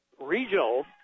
regional